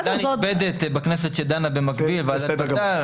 יש ועדה נכבדת בכנסת שדנה במקביל ועדת בט"ל.